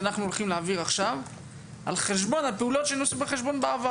שאנחנו הולכים עכשיו על חשבון הפעולות שנעשו שעבר?